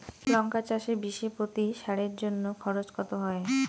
লঙ্কা চাষে বিষে প্রতি সারের জন্য খরচ কত হয়?